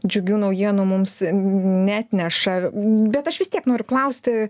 džiugių naujienų mums neatneša bet aš vis tiek noriu klausti